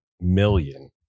million